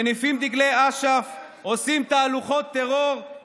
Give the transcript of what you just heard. מניפים דגלי אש"ף -- מה זה האמירות האלה?